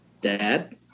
Dad